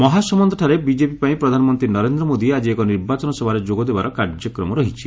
ମହାସମନ୍ଦ୍ରାରେ BJP ପାଇଁ ପ୍ରଧାନମନ୍ତ୍ରୀ ନରେନ୍ଦ୍ର ମୋଦି ଆଜି ଏକ ନିର୍ବାଚନ ସଭାରେ ଯୋଗଦେବାର କାର୍ଯ୍ୟକ୍ରମ ରହିଛି